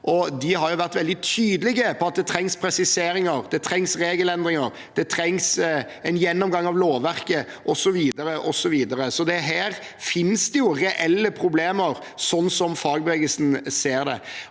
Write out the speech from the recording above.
De har vært veldig tydelige på at det trengs presiseringer, det trengs regelendringer, det trengs en gjennomgang av lovverket, osv. Så her finnes det reelle problemer, sånn som fagbevegelsen ser det.